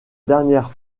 dernière